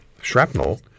shrapnel